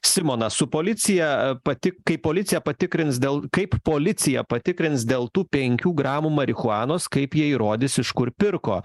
simonas su policija pati kai policija patikrins dėl kaip policija patikrins dėl tų penkių gramų marihuanos kaip jie įrodys iš kur pirko